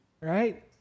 right